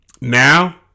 Now